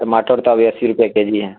ٹماٹر تو ابھی اسی روپے کے جی ہے